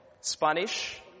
Spanish